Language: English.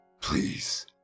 Please